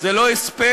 זה לא הספד,